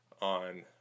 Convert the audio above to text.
on